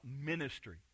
ministry